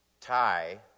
tie